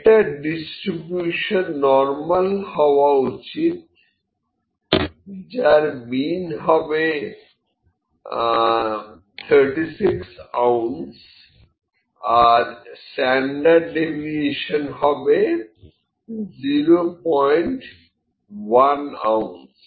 এটার distribution normal হওয়া উচিত যার মিন হবে 36 আউনস আর স্ট্যান্ডার্ড ডেভিয়েশন হবে 01 আউনস